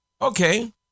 okay